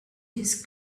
his